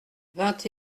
vingt